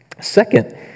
Second